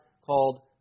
called